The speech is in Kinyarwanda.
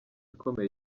ikomeye